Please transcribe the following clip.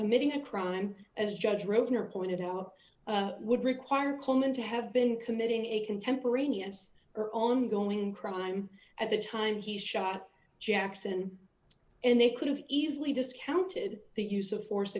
committing a crime as judge rosen or pointed out would require coleman to have been committing a contemporaneous or on going crime at the time he shot jackson and they could have easily discounted the use of force